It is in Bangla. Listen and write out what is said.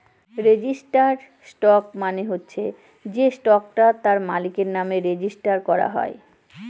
রেজিস্টার্ড স্টক মানে হচ্ছে সে স্টকটা তার মালিকের নামে রেজিস্টার করা হয়